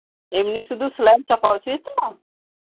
ᱮᱢᱱᱤ ᱥᱩᱫᱷᱩ ᱥᱮᱞᱟᱭ ᱮᱢ ᱪᱟᱯᱟᱣ ᱦᱚᱪᱚᱭ ᱛᱟᱢᱟ